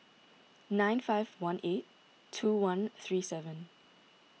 nine five one eight two one three seven